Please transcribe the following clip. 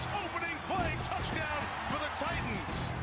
opening play touchdown for the titans!